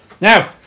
Now